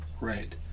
right